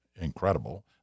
incredible